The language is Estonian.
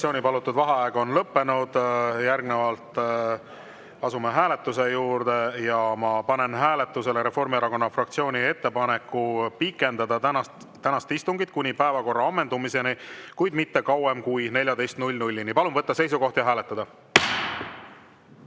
fraktsiooni palutud vaheaeg on lõppenud, järgnevalt asume hääletuse juurde. Ma panen hääletusele Reformierakonna fraktsiooni ettepaneku pikendada tänast istungit kuni päevakorra ammendumiseni, kuid mitte kauem kui kella 14-ni. Palun võtta seisukoht ja hääletada!